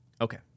Okay